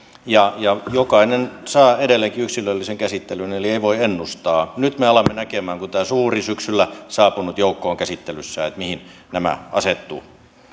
ja ja jokainen saa edelleenkin yksilöllisen käsittelyn eli ei voi ennustaa nyt me alamme näkemään kun tämä suuri syksyllä saapunut joukko on käsittelyssä että mihin nämä asettuvat